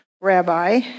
Rabbi